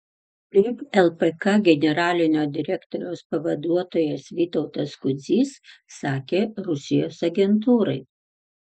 taip lpk generalinio direktoriaus pavaduotojas vytautas kudzys sakė rusijos agentūrai